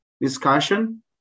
discussion